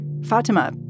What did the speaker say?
Fatima